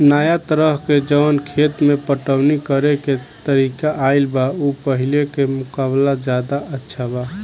नाया तरह के जवन खेत के पटवनी करेके तरीका आईल बा उ पाहिले के मुकाबले ज्यादा अच्छा बा